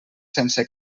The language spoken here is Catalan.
sense